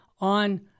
on